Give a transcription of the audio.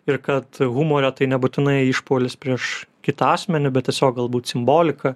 ir kad humore tai nebūtinai išpuolis prieš kitą asmenį bet tiesiog galbūt simbolika